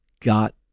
got